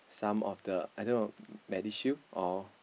some of the I don't know medishield or